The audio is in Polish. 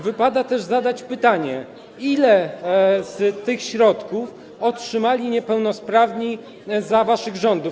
Wypada też zadać pytanie, ile z tych środków otrzymali niepełnosprawni za waszych rządów.